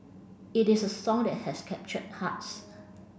it is a song that has captured hearts